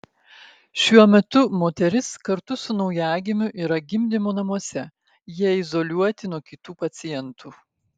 šiuo metu moteris kartu su naujagimiu yra gimdymo namuose jie izoliuoti nuo kitų pacientų